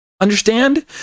Understand